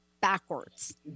backwards